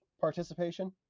participation